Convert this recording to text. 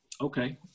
Okay